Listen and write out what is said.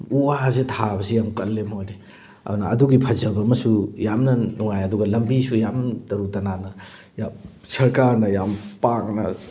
ꯎ ꯋꯥꯁꯦ ꯊꯥꯕꯁꯦ ꯌꯥꯝ ꯀꯜꯂꯦ ꯃꯣꯏꯗꯤ ꯑꯗꯨꯅ ꯑꯗꯨꯒꯤ ꯐꯖꯕ ꯑꯃꯁꯨ ꯌꯥꯝꯅ ꯅꯨꯡꯉꯥꯏ ꯑꯗꯨꯒ ꯂꯝꯕꯤꯁꯨ ꯌꯥꯝ ꯇꯔꯨ ꯇꯅꯥꯟꯅ ꯌꯥꯝ ꯁꯔꯀꯥꯔꯅ ꯌꯥꯝ ꯄꯥꯛꯅ